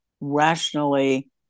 rationally